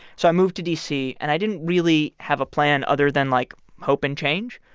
so i move to d c, and i didn't really have a plan other than like hope and change